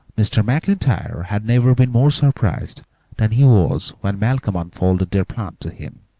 mr. maclntyre had never been more surprised than he was when malcolm unfolded their plan to him.